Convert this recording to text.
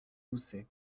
doucet